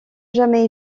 jamais